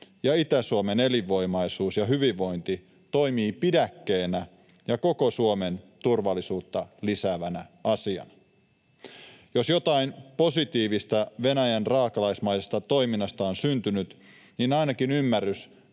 ja Itä-Suomen elinvoimaisuus ja hyvinvointi toimivat pidäkkeenä ja koko Suomen turvallisuutta lisäävänä asiana. Jos jotain positiivista Venäjän raakalaismaisesta toiminnasta on syntynyt, niin ainakin ymmärrys